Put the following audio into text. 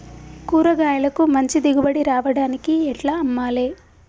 కూరగాయలకు మంచి దిగుబడి రావడానికి ఎట్ల అమ్మాలే?